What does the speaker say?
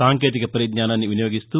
సాంకేతిక పరిజ్ఞానాన్ని వినియోగిస్తూ